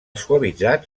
suavitzat